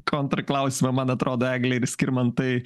kontr klausimą man atrodo eglei ir skirmantai